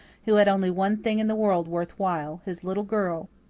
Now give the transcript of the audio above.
who had only one thing in the world worthwhile, his little girl,